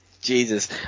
Jesus